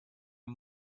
and